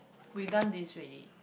we done this already